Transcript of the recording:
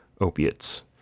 opiates